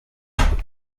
mwaka